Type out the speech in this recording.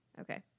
okay